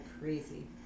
crazy